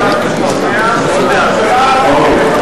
ואם הממשלה תשתכנע, אוקיי.